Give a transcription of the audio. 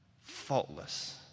faultless